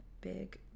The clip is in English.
Big